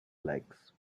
legs